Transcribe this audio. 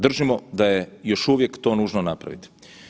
Držimo da je još uvijek to nužno napraviti.